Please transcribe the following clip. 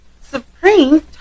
Supreme